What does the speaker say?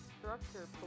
structure